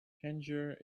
tangier